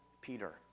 Peter